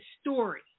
story